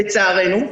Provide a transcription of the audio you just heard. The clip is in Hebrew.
לצערנו.